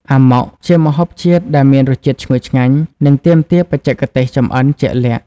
អាម៉ុក ជាម្ហូបជាតិដែលមានរសជាតិឈ្ងុយឆ្ងាញ់ និងទាមទារបច្ចេកទេសចម្អិនជាក់លាក់ ។